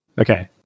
Okay